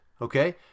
okay